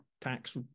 tax